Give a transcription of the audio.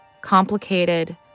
complicated